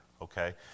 Okay